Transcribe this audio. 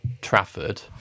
Trafford